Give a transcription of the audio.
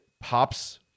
Pops